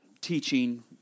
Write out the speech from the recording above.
teaching